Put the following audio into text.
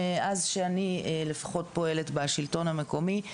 לפחות מאז שאני פועלת בשלטון המקומי,